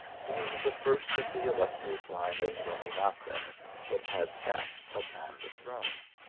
being the first of the illustrious line of beni nasar that had sat upon the throne.